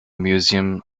museum